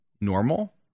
normal